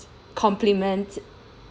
compliment